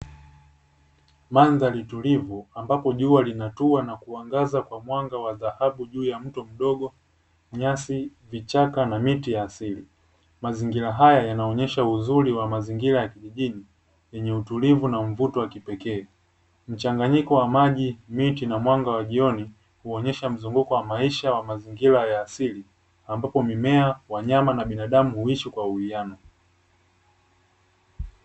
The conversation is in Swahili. Mandhari tulivu, ambapo jua linatua na kuangaza kwa mwanga wa dhahabu juu ya mto mdogo, nyasi, vichaka na miti ya asili. Mazingira haya yanaonyesha uzuri wa mazingira ya kijijini yenye utulivu na mvuto wa kipekee. Mchanganyiko wa maji, miti na mwanga wa jioni huonyesha mzunguko wa maisha wa mazingira ya asili, ambapo mimea, wanyama na binadamu huishi kwa uwiano.